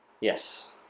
Yes